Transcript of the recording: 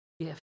gift